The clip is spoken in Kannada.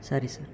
ಸರಿ ಸರ್